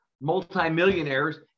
multimillionaires